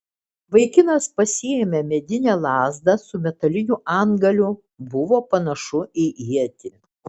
vaikinas pasiėmė medinę lazdą su metaliniu antgaliu buvo panašu į ietį